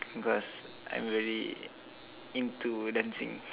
because I'm very into dancing